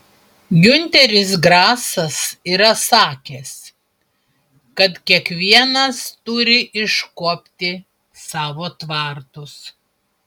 giunteris grasas yra sakęs kad kiekvienas turi iškuopti savo tvartus